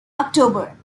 october